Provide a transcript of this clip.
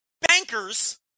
bankers